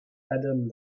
adam